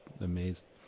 amazed